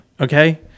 Okay